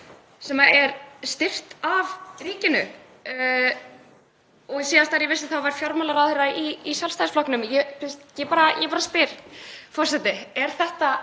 sem er styrkt af ríkinu? Og síðast þegar ég vissi var fjármálaráðherra í Sjálfstæðisflokknum? Ég bara spyr, forseti: Er þetta